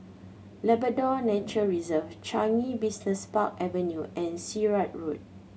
Labrador Nature Reserve Changi Business Park Avenue and Sirat Road